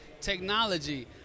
Technology